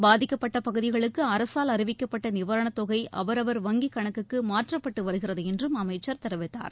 பாதிக்கப்பட்ட பகுதிகளுக்கு அரசால் அறிவிக்கப்பட்ட நிவாரணத்தொகை அவரவர் வங்கிக்கணக்குக்கு மாற்றப்பட்டு வருகிறது என்றும் அமைச்சர் தெரிவித்தார்